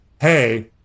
hey